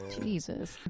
Jesus